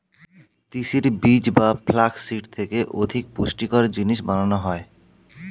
তিসির বীজ বা ফ্লাক্স সিড থেকে অধিক পুষ্টিকর জিনিস বানানো হয়